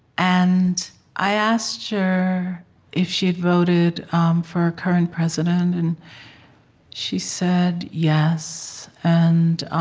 and i asked her if she voted for our current president, and she said yes. and ah